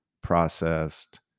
processed